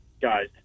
guys